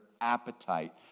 appetite